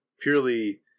purely